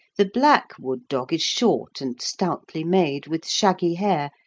the black wood-dog is short and stoutly made, with shaggy hair,